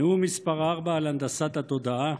נאום מס' 4 על הנדסת התודעה,